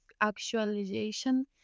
actualization